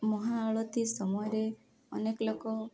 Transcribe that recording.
ମହାଆଳତୀ ସମୟରେ ଅନେକ ଲୋକ